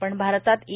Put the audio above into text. पण भारतात ई